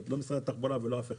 את זה לא משרד התחבורה ולא אף אחד.